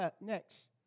next